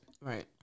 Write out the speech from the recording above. Right